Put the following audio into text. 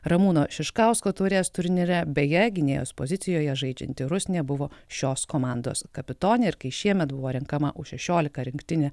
ramūno šiškausko taurės turnyre beje gynėjos pozicijoje žaidžianti rusnė buvo šios komandos kapitonė ir kai šiemet buvo renkama u šešiolika rinktinė